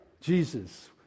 Jesus